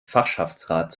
fachschaftsrat